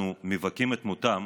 אנחנו מבכים את מותם